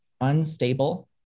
unstable